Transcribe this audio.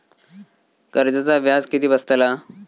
कर्जाचा व्याज किती बसतला?